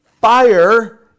fire